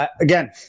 Again